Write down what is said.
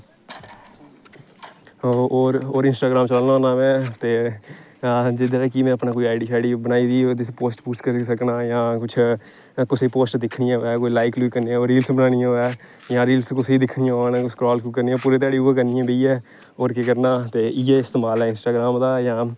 और इंस्टाग्राम चलाना होन्ना में ते जेहदे कन्नै कि में अपनी आईडी साइड बनाई दी होऐ उसी रिक्वेस्ट करी सकना जां कुसे दी पोस्ट दिक्खनी होऐ जां रील्स बनानी होऐ जा रील्स कुसे गी दिक्खनी होऐ उन्हे स्क्राल करनी पूरी घ्याड़ी इयां कड्ढी ओड़नी और केह् करना इयै इस्तेमाल ऐ इंस्ट्राग्राम दा जां